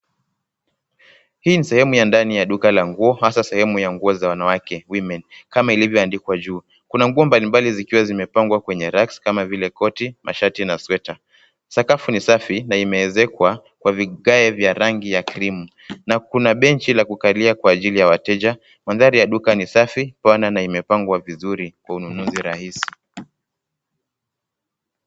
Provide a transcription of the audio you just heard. Hii ni sehemu ya ndani ya duka la nguo hasa sehemu ya nguo ya duka ya wanawake, women kama ilivyoandikwa juu. Kuna nguo mbalimbali zikiwa zimepangwa kwenye racks kama vile koti, mashati na sweta. Sakafu ni safi na imeezekwa kwa vigae vya rangi ya krimu na kuna bench la kukalia kwa ajili ya wateja, mandhari ya duka ni safi pana na imepangwa vizuri kwa ununuzi rahisi.